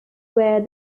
where